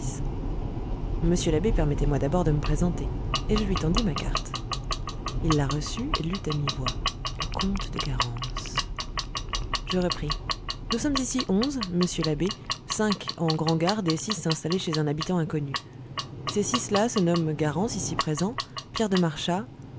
monsieur l'abbé permettez-moi d'abord de me présenter et je lui tendis ma carte il la reçut et lut à mi-voix le comte de garens je repris nous sommes ici onze monsieur l'abbé cinq en grand'garde et six installés chez un habitant inconnu ces six là se nomment garens ici présent pierre de marchas